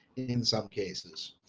in some cases,